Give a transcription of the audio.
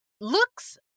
looks